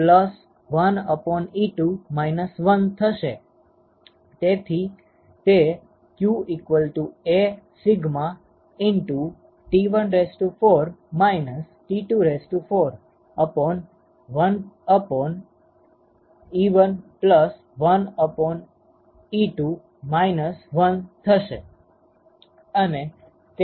તેથી તે q Aσ 11 12 1 થશે